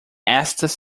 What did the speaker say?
estas